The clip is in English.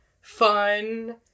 fun